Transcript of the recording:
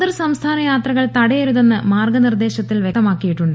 അന്തർസംസ്ഥാന യാത്രകൾ തടയരുതെന്ന് മാർഗനിർദ്ദേശത്തിൽ വ്യക്തമാക്കിയിട്ടുണ്ട്